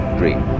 dream